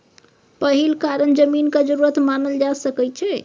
पहिल कारण जमीनक जरूरत मानल जा सकइ छै